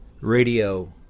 radio